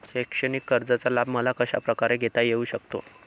शैक्षणिक कर्जाचा लाभ मला कशाप्रकारे घेता येऊ शकतो?